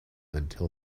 until